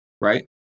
right